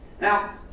Now